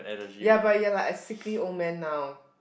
ya but ya lah a sickly old man now